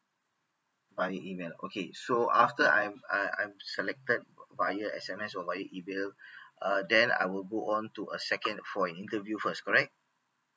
by email okay so after I'm I'm I'm selected via S_M_S or via email uh then I will go on to a second for an interview first correct